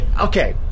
okay